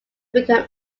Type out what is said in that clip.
become